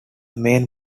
main